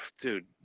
Dude